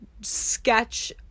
sketch